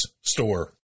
Store